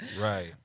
Right